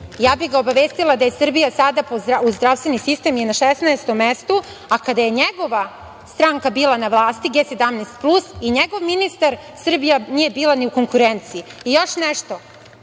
bih ga da u Srbiji sada zdravstveni sistem na 16 mestu, a kada je njegova stranka bila na vlasti, G17 plus, i njegov ministar Srbija nije bila ni u konkurenciji. Još nešto,